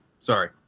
Sorry